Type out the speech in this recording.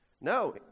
No